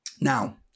Now